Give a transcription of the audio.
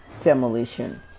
demolition